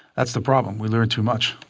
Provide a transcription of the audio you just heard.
that's the problem. we learned too much.